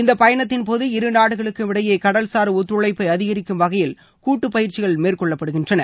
இந்த பயணத்தின்போது இரு நாடுகளுக்கும் இடையே கடல்சார் ஒத்துழைப்பை அதிகரிக்கும் வகையில் கூட்டு பயிற்சிகள் மேற்கொள்ளப்படுகிறது